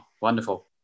wonderful